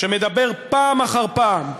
שמדבר פעם אחר פעם,